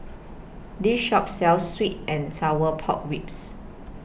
This Shop sells Sweet and Sour Pork Ribs